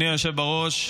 בראש,